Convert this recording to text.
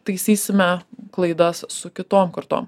taisysime klaidas su kitom kartom